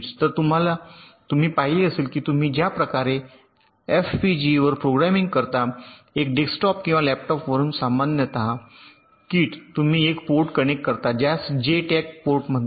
तर तुम्ही पाहिले असेल की तुम्ही ज्या प्रकारे एफपीजीएवर प्रोग्रामिंग करता एक डेस्कटॉप किंवा लॅपटॉप वरून सामान्यत किट तुम्ही एक पोर्ट कनेक्ट करता ज्यास JTAG पोर्ट म्हणतात